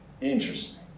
Interesting